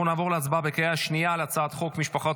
אנחנו נעבור להצבעה בקריאה שנייה על הצעת חוק משפחות